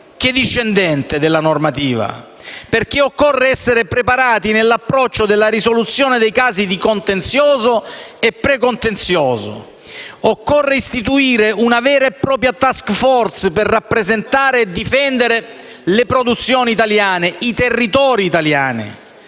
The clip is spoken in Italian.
che discendente della normativa europea, ed occorre essere preparati nell'approccio della risoluzione dei casi di contenzioso e precontenzioso. Occorre istituire una vera e propria *task force,* per rappresentare e difendere le produzioni e i territori italiani.